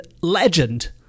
legend